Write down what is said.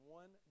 one